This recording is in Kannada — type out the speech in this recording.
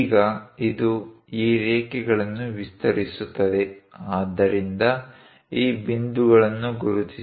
ಈಗ ಇದು ಈ ರೇಖೆಗಳನ್ನು ವಿಸ್ತರಿಸುತ್ತದೆ ಆದ್ದರಿಂದ ಈ ಬಿಂದುಗಳನ್ನು ಗುರುತಿಸಿ